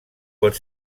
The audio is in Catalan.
pot